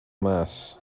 mas